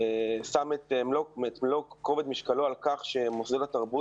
שם את מלוא כובד משקלו על כך שמוסדות התרבות